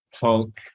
punk